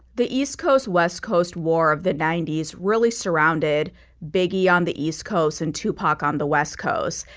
the east coast west coast war of the ninety s really surrounded biggie on the east coast and tupac on the west coast.